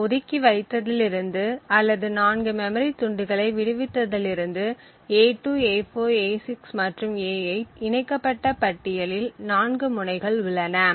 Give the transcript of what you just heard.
நாம் ஒதுக்கிவைத்ததிலிருந்து அல்லது 4 மெமரி துண்டுகளை விடுவித்ததிலிருந்து a2 a4 a6 மற்றும் a8 இணைக்கப்பட்ட பட்டியலில் 4 முனைகள் உள்ளன